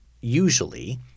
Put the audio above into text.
usually